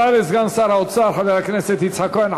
תודה לסגן שר האוצר חבר הכנסת יצחק כהן.